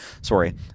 Sorry